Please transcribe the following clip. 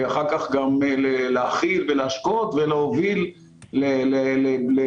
ואחר כך גם להאכיל ולהשקות ולהוביל למקומות